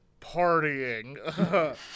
partying